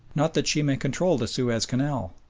not that she may control the suez canal,